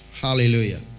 Hallelujah